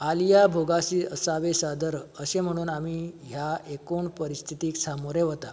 आलीया भोगासी असावे सादर अशें म्हणून आमी ह्या एकूण परिस्थितीक सामोरे वता